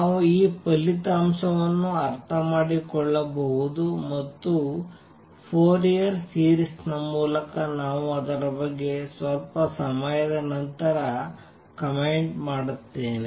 ನಾವು ಈ ಫಲಿತಾಂಶವನ್ನು ಅರ್ಥಮಾಡಿಕೊಳ್ಳಬಹುದು ಮತ್ತು ಫೋರಿಯರ್ ಸೀರಿಸ್ ನ ಮೂಲಕ ನಾನು ಅದರ ಬಗ್ಗೆ ಸ್ವಲ್ಪ ಸಮಯದ ನಂತರ ಕಾಮೆಂಟ್ ಮಾಡುತ್ತೇನೆ